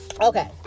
Okay